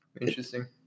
Interesting